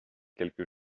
quelque